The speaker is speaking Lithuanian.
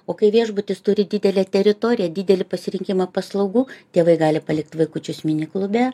o kai viešbutis turi didelę teritoriją didelį pasirinkimą paslaugų tėvai gali palikt vaikučius mini klube